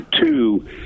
Two